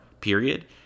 period